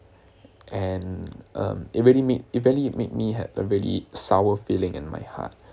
and um it really made it really made me had a really sour feeling in my heart